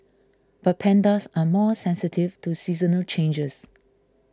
but pandas are more sensitive to seasonal changes